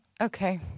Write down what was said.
Okay